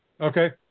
Okay